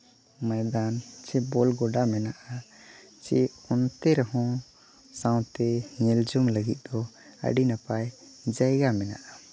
ᱢᱚᱭᱫᱟᱱ ᱪᱮ ᱵᱚᱞ ᱜᱳᱰᱟ ᱢᱮᱱᱟᱜᱼᱟ ᱪᱮ ᱚᱱᱛᱮ ᱨᱮᱦᱚᱸ ᱥᱟᱶᱛᱮ ᱧᱮᱞ ᱡᱚᱝ ᱞᱟᱹᱜᱤᱫ ᱦᱚᱸ ᱟᱹᱰᱤ ᱱᱟᱯᱟᱭ ᱡᱟᱭᱜᱟ ᱢᱮᱱᱟᱜᱼᱟ